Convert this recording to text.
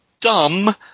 dumb